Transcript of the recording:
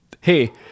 hey